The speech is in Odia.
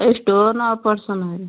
ଏଇ ଷ୍ଟୋନ୍ ଅପରେସନ୍ ହଇ